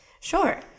Sure